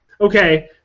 okay